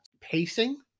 pacing